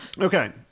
okay